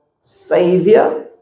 savior